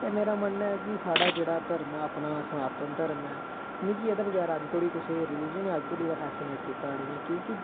एह् मेरा मन्नना ऐ कि साढ़ा जेहड़ा धर्म ऐ अपना सनातन धर्म ऐ मिगी एहदे बगैर अज्ज धोडी कुसै रिलिजन गी फेसीनेट किता नेईं ऐ क्योंकि